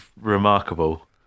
remarkable